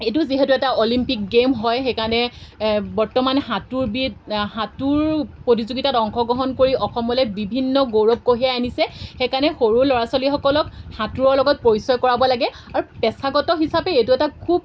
এইটো যিহেতু এটা অলিম্পিক গেইম হয় সেইকাৰণে বৰ্তমান সাঁতোৰবিদ সাঁতোৰ প্ৰতিযোগিতাত অংশগ্ৰহণ কৰি অসমলৈ বিভিন্ন গৌৰৱ কঢ়িয়াই আনিছে সেইকাৰণে সৰু ল'ৰা ছোৱালীসকলক সাঁতোৰৰ লগত পৰিচয় কৰাব লাগে আৰু পেছাগত হিচাপে এইটো এটা খুব